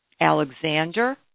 Alexander